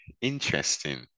Interesting